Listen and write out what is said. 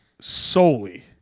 solely